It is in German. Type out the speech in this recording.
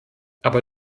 aber